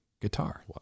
guitar